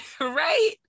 Right